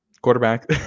quarterback